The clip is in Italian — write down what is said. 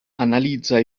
analizza